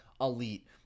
elite